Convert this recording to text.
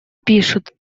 пишут